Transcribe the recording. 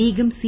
ലീഗും സി